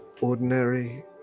ordinary